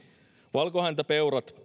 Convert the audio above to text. valkohäntäpeurat